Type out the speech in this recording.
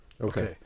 okay